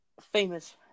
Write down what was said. famous